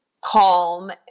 calm